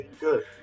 good